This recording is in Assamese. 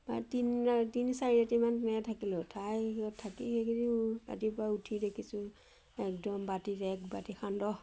বা তিনি তিনি চাৰি ৰাতিমান তেনেকৈ থাকিলোঁ ঠাই সিহঁত থাকি সেইখিনিও ৰাতিপুৱা উঠি ৰাখিছোঁ একদম বাতিত এক বাতি সান্দহ